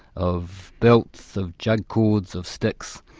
of belts, of jug cords, of sticks,